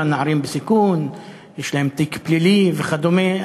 נערים בסיכון שיש להם תיק פלילי וכדומה.